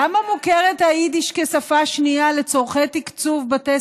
למה היידיש מוכרת כשפה שנייה לצורכי תקצוב בתי